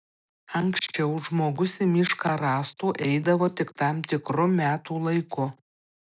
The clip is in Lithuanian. anksčiau žmogus į mišką rąstų eidavo tik tam tikru metų laiku